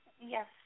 Yes